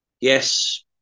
yes